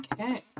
Okay